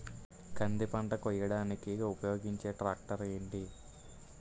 కంది పంట కోయడానికి ఉపయోగించే ట్రాక్టర్ ఏంటి?